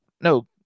no